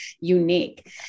unique